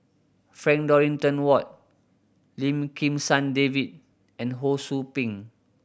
Frank Dorrington Ward Lim Kim San David and Ho Sou Ping